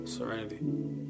Serenity